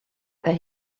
that